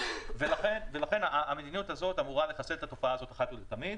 לכן המדיניות הזאת אמורה לחסל את התופעה הזאת אחת ולתמיד.